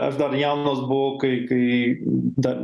aš dar jaunas buvau kai kai dar